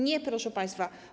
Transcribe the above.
Nie, proszę państwa.